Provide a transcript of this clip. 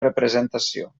representació